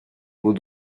aux